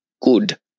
good